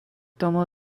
domo